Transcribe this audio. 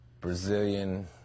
Brazilian